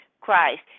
Christ